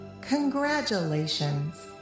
Congratulations